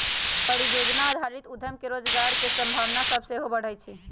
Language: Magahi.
परिजोजना आधारित उद्यम से रोजगार के संभावना सभ सेहो बढ़इ छइ